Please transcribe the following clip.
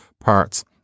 parts